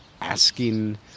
asking